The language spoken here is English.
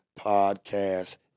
podcast